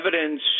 evidence